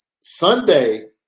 Sunday